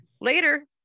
later